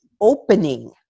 opening